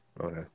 Okay